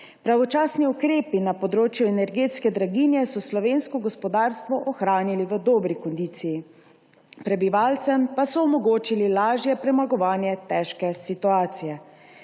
Pravočasni ukrepi na področju energetske draginje so slovensko gospodarstvo ohranili v dobri kondiciji, prebivalcem pa so omogočili lažje premagovanje težke situacije.